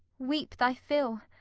weep thy fill!